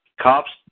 cops